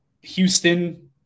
Houston